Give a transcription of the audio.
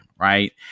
right